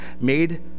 made